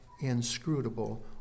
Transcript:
inscrutable